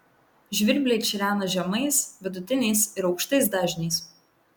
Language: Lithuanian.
žvirbliai čirena žemais vidutiniais ir aukštais dažniais